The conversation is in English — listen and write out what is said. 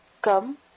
Come